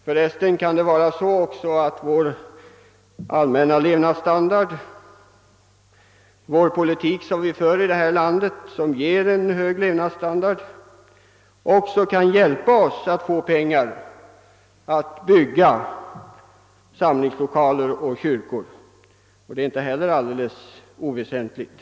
Det kan för övrigt också förhålla sig så att den allmänna levnadsstandard och den politik som vi har i vårt land gör att vi får pengar att bygga samlings lokaler och kyrkor för, och det är inte heller alldeles oväsentligt.